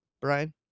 Brian